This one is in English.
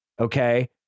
okay